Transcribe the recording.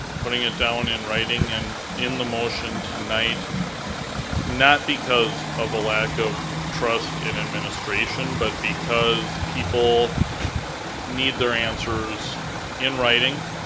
putting it down in writing and in the motion tonight not because of a lack of trust in administration but because people need their answers in writing.